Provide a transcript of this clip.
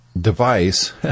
device